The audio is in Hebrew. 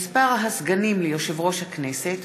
(מספר הסגנים ליושב-ראש הכנסת),